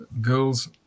girls